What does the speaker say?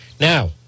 Now